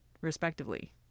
respectively